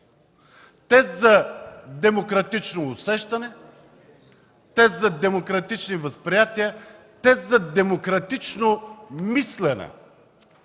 тест за демократично усещане, тест за демократични възприятия, тест за демократично мислене